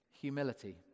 Humility